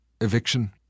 Eviction